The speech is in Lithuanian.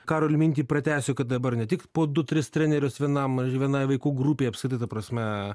karolio mintį pratęsiu kad dabar ne tik po du tris trenerius vienam ar vienai vaikų grupei apskritai prasme